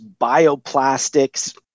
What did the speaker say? bioplastics